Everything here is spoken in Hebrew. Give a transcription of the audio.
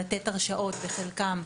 לתת הרשאות בחלקם,